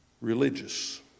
religious